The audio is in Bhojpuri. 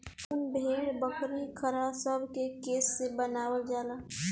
उन भेड़, बकरी, खरहा सभे के केश से बनावल जाला